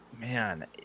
man